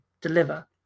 deliver